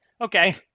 Okay